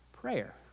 prayer